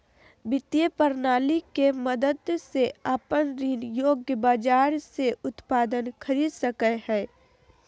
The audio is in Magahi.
वित्त प्रणाली के मदद से अपन ऋण योग्य बाजार से उत्पाद खरीद सकेय हइ